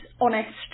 honest